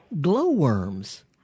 Glowworms